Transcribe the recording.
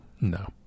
No